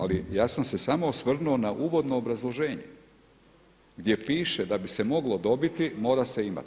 Ali ja sam se samo osvrnuo na uvodno obrazloženje, gdje piše da bi se moglo dobiti mora se imati.